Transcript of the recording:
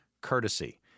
courtesy